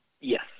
Yes